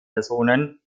personen